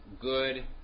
good